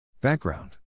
Background